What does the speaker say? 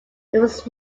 was